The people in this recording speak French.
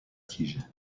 tige